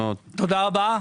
תודה רבה.